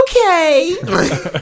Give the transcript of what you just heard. okay